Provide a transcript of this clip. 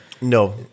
No